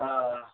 آ آ